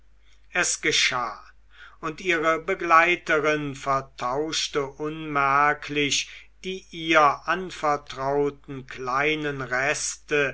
es geschah und ihre begleiterin vertauschte unmerklich die ihr anvertrauten kleinen reste